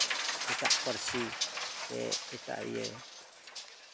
ᱮᱴᱟᱜ ᱯᱟᱹᱨᱥᱤ ᱥᱮ ᱮᱴᱟᱜ ᱤᱭᱟᱹ